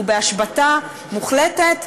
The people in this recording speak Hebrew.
הוא בהשבתה מוחלטת,